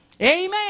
Amen